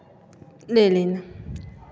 ले लेना